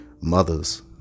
mothers